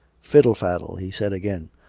fiddle-faddle! he said again.